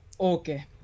okay